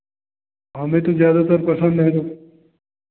हमें तो ज़्यादातर पसंद है